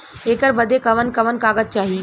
ऐकर बदे कवन कवन कागज चाही?